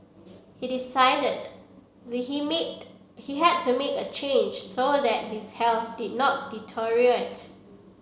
he decided he had to make a change so that his health did not